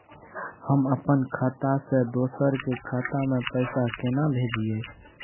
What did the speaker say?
हम अपन खाता से दोसर के खाता में पैसा केना भेजिए?